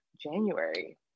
January